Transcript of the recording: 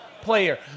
player